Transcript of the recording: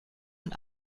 und